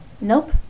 Nope